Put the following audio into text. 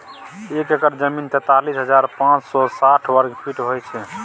एक एकड़ जमीन तैंतालीस हजार पांच सौ साठ वर्ग फुट होय हय